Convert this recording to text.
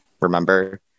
remember